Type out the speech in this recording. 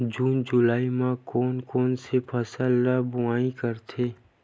जून जुलाई म कोन कौन से फसल ल बोआई करथे?